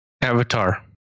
Avatar